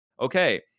okay